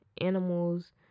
animals